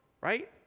right